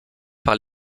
par